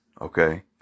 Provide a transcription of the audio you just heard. okay